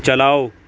چلاؤ